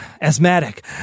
asthmatic